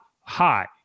high